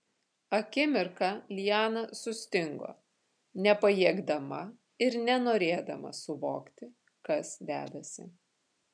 akimirką liana sustingo nepajėgdama ir nenorėdama suvokti kas dedasi